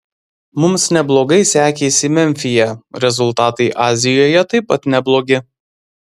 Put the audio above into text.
mums neblogai sekėsi memfyje rezultatai azijoje taip pat neblogi